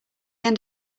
end